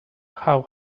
how